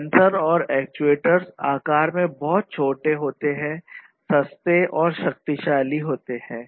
sensor और actuator आकार में बहुत छोटे सस्ते और शक्तिशाली हैं